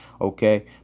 okay